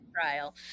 trial